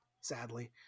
sadly